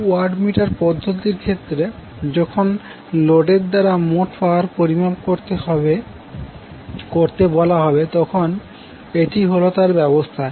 two watt meter পদ্ধতির ক্ষেত্রে যখন লোডের দ্বারা মোট পাওয়ার পরিমাপ করতে বলা হবে তখন এটি হল তার ব্যবস্থা